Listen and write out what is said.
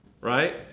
right